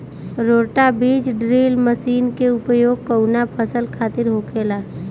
रोटा बिज drill machine के उपयोग कऊना फसल खातिर होखेला?